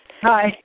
Hi